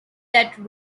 that